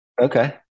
Okay